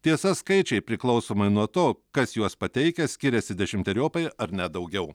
tiesa skaičiai priklausomai nuo to kas juos pateikia skiriasi dešimteriopai ar net daugiau